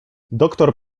doktor